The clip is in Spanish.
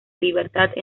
libertad